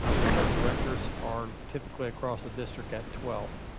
ah which our directors are typically across the district at twelve.